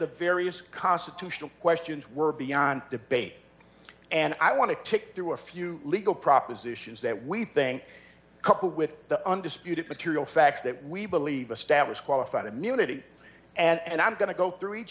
the various constitutional questions were beyond debate and i want to tick through a few legal propositions that we think coupled with the undisputed material facts that we believe establish qualified immunity and i'm going to go through each